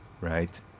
right